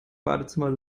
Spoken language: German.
badezimmer